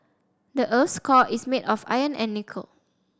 the earth's core is made of iron and nickel